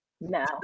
No